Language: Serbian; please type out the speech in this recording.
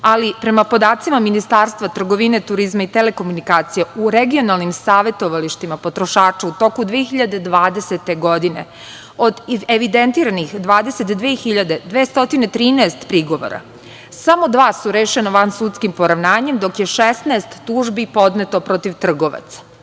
ali prema podacima Ministarstva trgovine, turizma i telekomunikacija u regionalnim savetovalištima potrošača u toku 2020. godine, od evidentiranih 22.213 prigovora, samo dva su rešena vansudskim poravnanjem dok je 16 tužbi podneto protiv trgovaca.